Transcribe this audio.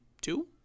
two